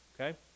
okay